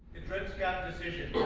in dread scott decision,